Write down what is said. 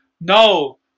no